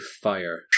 fire